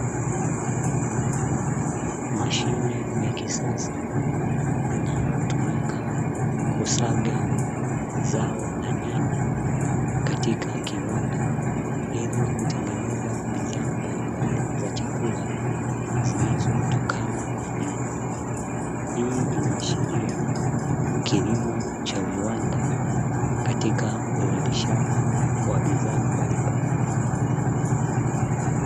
Mashine ya kisasa, inayotumika kusaga zao aina ya nyanya katika kiwanda, ili kutengeneza bidhaa mbalimbali za chakula zinazotokana na nyanya. Hii inaashiria kilimo cha viwanda katika uzalishaji wa bidhaa mbalimbali.